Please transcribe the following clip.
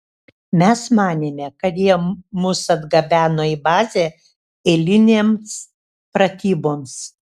mes manėme kad jie mus atgabeno į bazę eilinėms pratyboms